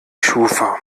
schufa